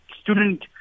student